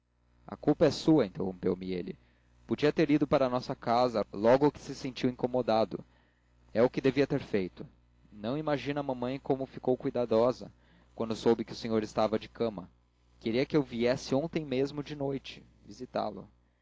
a culpa é sua interrompeu me ele podia ter ido para a nossa casa logo que se sentiu incomodado é o que devia ter feito não imagina mamãe como ficou cuidadosa quando soube que o senhor estava de cama queria que eu viesse ontem mesmo de noite visitá-lo